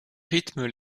rythment